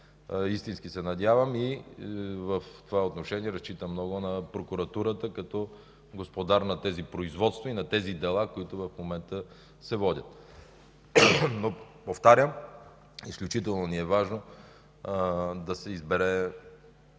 Истински се надявам и в това отношение разчитам много на прокуратурата като господар на тези производства и тези дела, които се водят в момента. Но, повтарям, изключително ни е важно да се избере